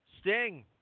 Sting